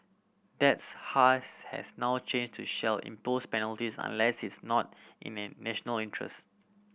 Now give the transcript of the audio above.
that's hash has now changed to shall impose penalties unless it's not in the national interest